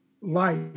life